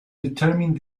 determine